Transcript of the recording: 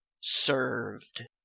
Served